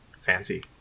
Fancy